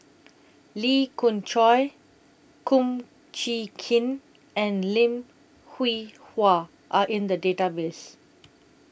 Lee Khoon Choy Kum Chee Kin and Lim Hwee Hua Are in The Database